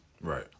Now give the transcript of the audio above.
Right